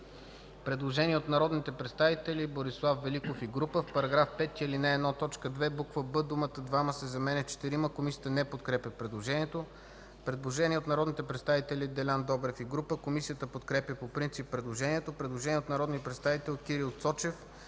предложение от народните представители Борислав Великов и група: „В § 5, ал. 1, т. 2, буква „б” думата „двама” се заменя с „четирима”.” Комисията не подкрепя предложението. Предложение от народните представители Делян Добрев и група. Комисията подкрепя по принцип предложението. Предложение от народния представител Кирил Цочев.